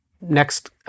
Next